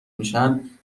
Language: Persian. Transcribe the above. میشن